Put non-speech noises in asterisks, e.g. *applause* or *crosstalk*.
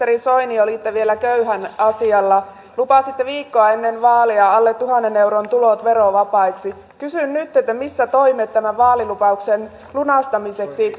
ministeri soini olitte vielä köyhän asialla lupasitte viikkoa ennen vaaleja alle tuhannen euron tulot verovapaiksi kysyn nyt missä ovat toimet tämän vaalilupauksen lunastamiseksi *unintelligible*